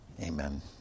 Amen